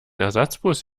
ersatzbus